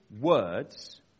words